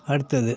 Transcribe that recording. அடுத்தது